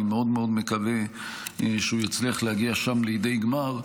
אני מאוד מאוד מקווה שהוא יצליח להגיע שם לידי גמר,